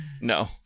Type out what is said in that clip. No